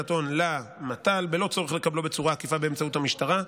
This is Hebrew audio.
הלבנת הון למט"ל בלא צורך לקבלו בצורה עקיפה באמצעות המשטרה,